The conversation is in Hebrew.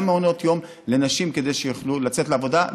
גם מעונות יום לנשים כדי שיוכלו לצאת לעבודה,